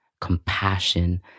compassion